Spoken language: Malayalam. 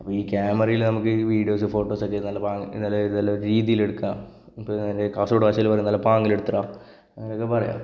അപ്പോൾ ഈ ക്യാമറയിൽ നമുക്ക് ഈ വീഡിയോസും ഫോട്ടോസും ഒക്കെ നല്ല പാ നല്ല നല്ലൊരു രീതിയിലെടുക്കാം ഇപ്പോൾ എന്താ കാസര്ഗോഡ് ഭാഷയില് പറയുന്നതു പോലെ പാങ്ങിലെടുത്തിടാം ഒക്കെ പറയാം